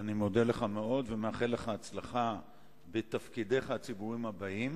אני מודה לך מאוד ומאחל לך הצלחה בתפקידיך הציבוריים הבאים,